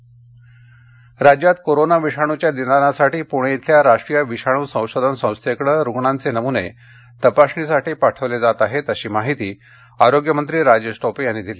corona राज्यात corona विषाणूच्या निदानासाठी पूणे इथल्या राष्ट्रीय विषाणू संशोधन संस्थेकडे रुग्णांचे नमूने तपासणीसाठी पाठविले जात आहेतअशी माहिती आरोग्य मंत्री राजेश टोपे यांनी दिली